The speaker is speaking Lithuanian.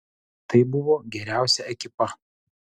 tai buvo geriausia ekipa